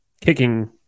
kicking